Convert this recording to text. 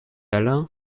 allain